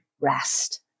rest